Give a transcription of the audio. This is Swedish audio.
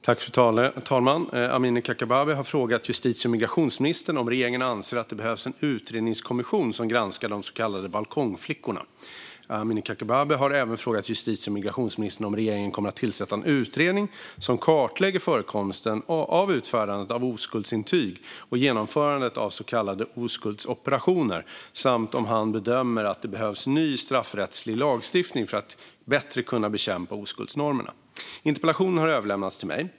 Fru talman! har frågat justitie och migrationsministern om regeringen anser att det behövs en utredningskommission som granskar de så kallade balkongflickorna. Amineh Kakabaveh har även frågat justitie och migrationsministern om regeringen kommer att tillsätta en utredning som kartlägger förekomsten av utfärdandet av oskuldsintyg och genomförandet av så kallade oskuldsoperationer, samt om han bedömer att det behövs ny straffrättslig lagstiftning för att bättre kunna bekämpa oskuldsnormerna. Interpellationen har överlämnats till mig.